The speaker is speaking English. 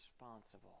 responsible